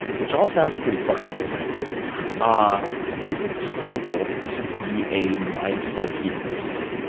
which all sounds pretty fun, quite frankly ah is it possible to be a mindful hedonist?